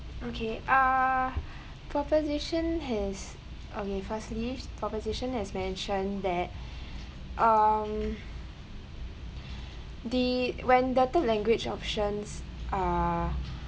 okay uh proposition has okay firstly proposition has mentioned that um the when the third language options uh